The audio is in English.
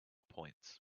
points